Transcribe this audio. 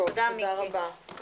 תודה רבה.